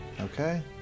Okay